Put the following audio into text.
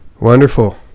Wonderful